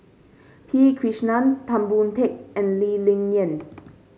P Krishnan Tan Boon Teik and Lee Ling Yen